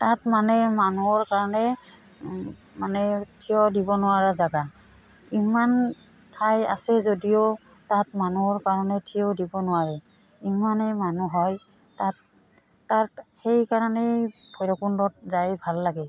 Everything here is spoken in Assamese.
তাত মানে মানুহৰ কাৰণে মানে থিয় দিব নোৱাৰা জেগা ইমান ঠাই আছে যদিও তাত মানুহৰ কাৰণে থিয় দিব নোৱাৰে ইমানেই মানুহ হয় তাত তাত সেইকাৰণেই ভৈৰৱকুণ্ডত যাই ভাল লাগে